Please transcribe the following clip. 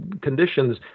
conditions